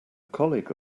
colleague